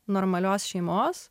normalios šeimos